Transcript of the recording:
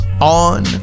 on